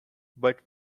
but